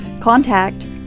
contact